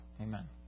Amen